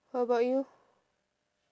how about you